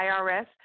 IRS